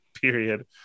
period